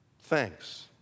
thanks